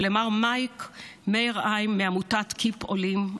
ולמר מייק מיירהיים מעמותת KeepOlim,